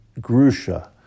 grusha